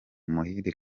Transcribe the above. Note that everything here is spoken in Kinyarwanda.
muhire